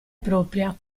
propria